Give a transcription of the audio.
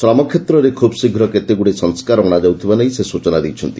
ଶ୍ରମ କ୍ଷେତ୍ରରେ ଖୁବ୍ ଶୀଘ୍ର କେତେଗୁଡ଼ିଏ ସଂସ୍କାର ଅଣାଯାଉଥିବା ନେଇ ସେ ସ୍ବଚନା ଦେଇଛନ୍ତି